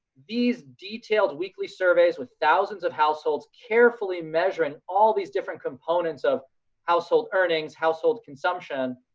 these detailed weekly surveys with thousands of households, carefully measuring all these different components of household earnings, household consumption,